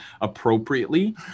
appropriately